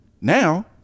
Now